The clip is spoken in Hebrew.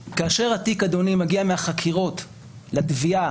אדוני, כאשר התיק מגיע מהחקירות לתביעה